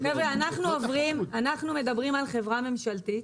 חבר'ה, אנחנו מדברים על חברה ממשלתית.